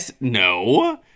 No